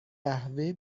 قهوه